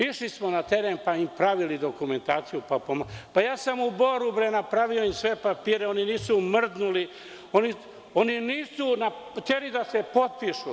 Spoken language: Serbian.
Išli smo na teren i pravili im dokumentaciju, pa pomagali, ja sam u Boru napravio sve papire, oni nisu mrdnuli, oni nisu hteli da se potpišu.